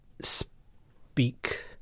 speak